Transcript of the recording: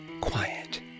quiet